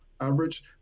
average